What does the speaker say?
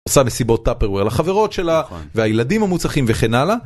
עושה מסיבות טאפרוויר לחברות שלה והילדים המוצחים וכן הלאה.